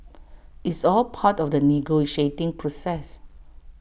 it's all part of the negotiating process